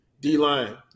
D-line